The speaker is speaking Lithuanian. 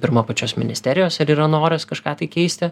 pirma pačios ministerijos ar yra noras kažką tai keisti